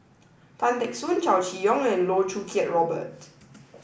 Tan Teck Soon Chow Chee Yong and Loh Choo Kiat Robert